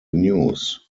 news